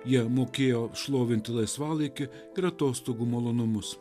jie mokėjo šlovinti laisvalaikį ir atostogų malonumus